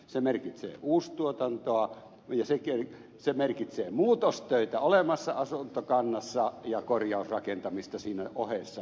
se merkitsee uustuotantoa ja muutostöitä olevassa asuntokannassa ja korjausrakentamista siinä ohessa